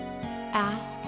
Ask